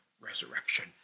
resurrection